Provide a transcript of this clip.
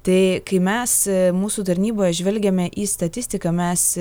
tai kai mes mūsų tarnyboje žvelgiame į statistiką mes